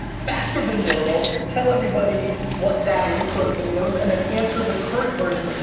faster than normal, tell everybody what that is so everybody knows, and then answer the current version.